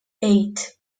eight